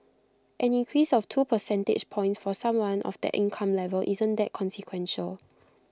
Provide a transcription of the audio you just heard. an increase of two percentage points for someone of that income level isn't that consequential